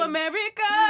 America